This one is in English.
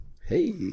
Hey